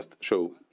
show